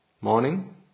Morning